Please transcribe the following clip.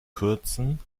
kürzen